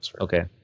Okay